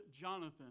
Jonathan